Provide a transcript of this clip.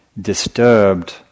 disturbed